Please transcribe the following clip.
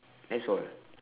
that's all